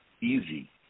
Easy